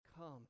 come